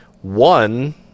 one